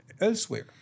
elsewhere